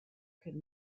could